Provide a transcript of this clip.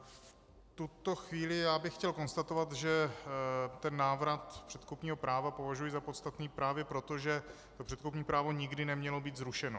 V tuto chvíli bych chtěl konstatovat, že návrat předkupního práva považuji za podstatný právě proto, že předkupní právo nikdy nemělo být zrušeno.